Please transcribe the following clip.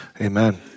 Amen